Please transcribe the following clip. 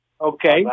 Okay